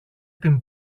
την